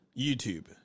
youtube